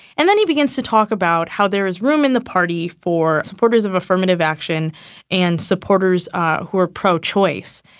and then he begins to talk about how there is room in the party for supporters of affirmative action and supporters who are pro-choice.